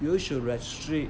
you should restrict